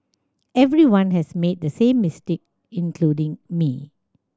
everyone has made the same mistake including me